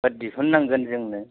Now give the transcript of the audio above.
बा दिहुन नांगोन जोंनो